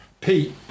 Pete